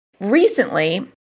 recently